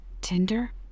Tinder